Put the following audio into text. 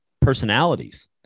personalities